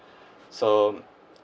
so